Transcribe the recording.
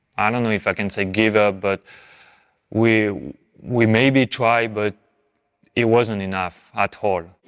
i don't know if i can say give up, but we we maybe tried but it wasn't enough at all.